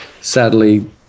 Sadly